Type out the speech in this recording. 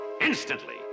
instantly